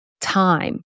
time